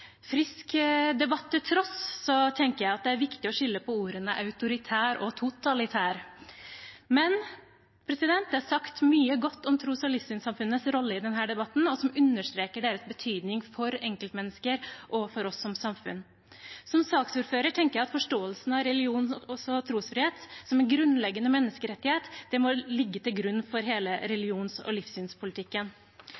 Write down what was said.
Frisk debatt til tross tenker jeg det er viktig å skille mellom ordene «autoritær» og «totalitær», men det er sagt mye godt om tros- og livssynssamfunnenes rolle i denne debatten og som understreker deres betydning for enkeltmennesker og for oss som samfunn. Som saksordfører tenker jeg at forståelsen av religion og trosfrihet som en grunnleggende menneskerettighet må ligge til grunn for hele